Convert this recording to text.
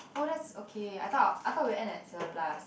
oh that's okay I thought I'll I thought we end at seven plus